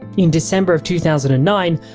in december of two thousand and nine,